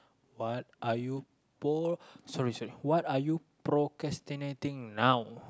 what are you por~ sorry sorry what are you procrastinating now